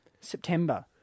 September